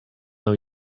know